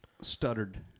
Stuttered